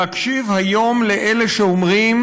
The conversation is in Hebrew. להקשיב היום לאלה שאומרים: